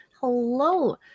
Hello